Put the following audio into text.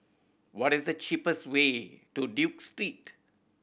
what is the cheapest way to Duke Street